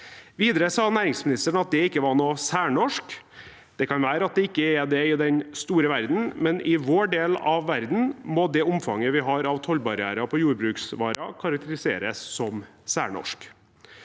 Videre sa næringsministeren at det ikke var noe særnorsk. Det kan være at det ikke er det i den store verden, men i vår del av verden må det omfanget vi har av tollbarrierer på jordbruksvarer, karakteriseres som særnorsk.